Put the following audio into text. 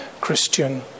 Christian